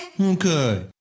Okay